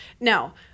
Now